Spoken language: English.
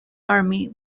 army